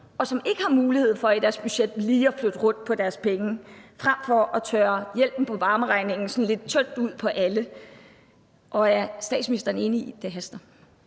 som ikke har mulighed for i deres budget lige at flytte rundt på deres penge, frem for at tørre hjælpen til varmeregningen sådan lidt tyndt ud på alle? Og er statsministeren enig i, at det haster?